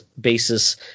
basis